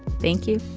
thank you.